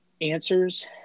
answers